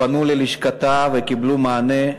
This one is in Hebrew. פנו ללשכתה וקיבלו מענה.